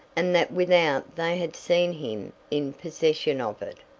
and that without they had seen him in possession of it,